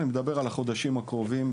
אני מדבר על סיום בחודשים הקרובים.